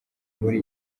muri